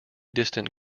distant